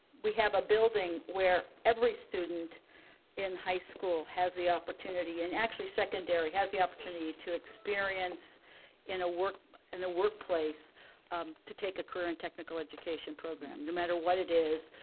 we have a building where every student in high school has the opportunity, and actually secondary, has the opportunity to experience in a workplace and workplace um to take a career in technical education program no matter what it is,